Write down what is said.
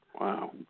Wow